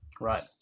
Right